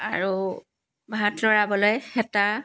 আৰু ভাত লৰাবলৈ হেতা